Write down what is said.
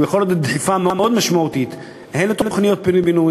הוא יכול לתת דחיפה מאוד משמעותית הן לתוכניות פינוי-בינוי